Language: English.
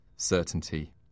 certainty